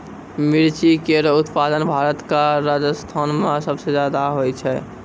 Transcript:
मिर्ची केरो उत्पादन भारत क राजस्थान म सबसे जादा होय छै